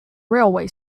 railway